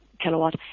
kilowatt